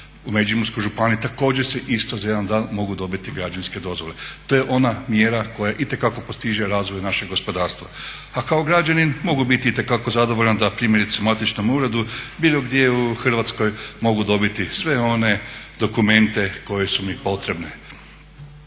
U Međimurskoj županiji također se isto za jedan dan mogu dobiti građevinske dozvole. To je ona mjera koja itekako postiže razvoj našeg gospodarstva. A kao građanin mogu biti itekako zadovoljan da primjerice u matičnom uredu bilo gdje u Hrvatskoj mogu dobiti sve one dokumente koji su mi potrebni.